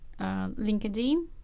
LinkedIn